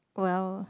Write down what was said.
!wow!